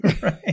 Right